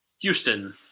Houston